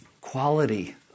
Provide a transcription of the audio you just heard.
quality